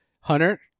hunter